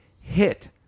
hit